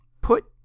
put